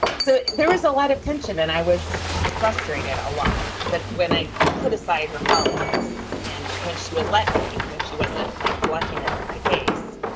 so there is a lot of tension. and i was frustrated a lot. but when i could put aside her politics and when she would let me when she wasn't, like, flaunting them in my face,